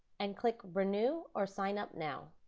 and click renew or sign up now